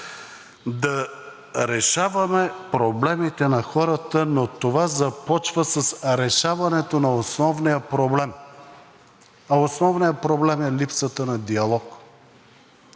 да решаваме проблемите на хората, но това започва с решаването на основния проблем, а основният проблем е липсата на диалог,